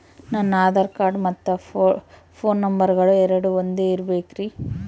ನನ್ನ ಆಧಾರ್ ಕಾರ್ಡ್ ಮತ್ತ ಪೋನ್ ನಂಬರಗಳು ಎರಡು ಒಂದೆ ಇರಬೇಕಿನ್ರಿ?